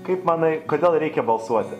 kaip manai kodėl reikia balsuoti